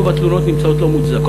רוב התלונות נמצאות לא מוצדקות,